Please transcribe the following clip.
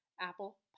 Apple